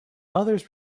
others